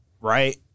right